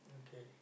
okay